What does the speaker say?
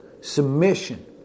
submission